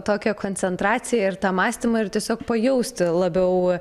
tokią koncentraciją ir tą mąstymą ir tiesiog pajausti labiau